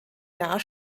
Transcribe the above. jahr